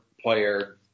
player